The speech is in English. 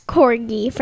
Corgi